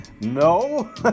No